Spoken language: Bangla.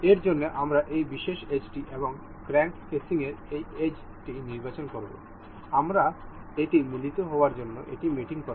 এর জন্য আমরা এই বিশেষ এজটি এবং ক্র্যাঙ্ক কেসিংয়ের এই এজটি নির্বাচন করব আমরা এটি মিলিত হওয়ার জন্য এটি মেটিং করব